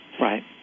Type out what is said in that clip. Right